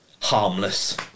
harmless